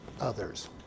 others